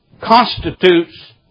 constitutes